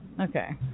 Okay